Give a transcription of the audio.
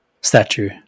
statue